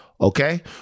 Okay